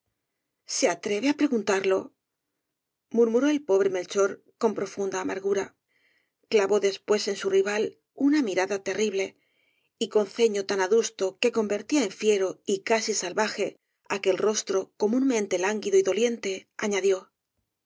se atreve á preguntarlo murmuró el pobre melchor con profunda amargura clavó después en su rival una mirada terrible y con ceño tan adusto que convertía en fiero y casi salvaje aquel rostro comúnmente lánguido y doliente añadió